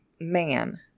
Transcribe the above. man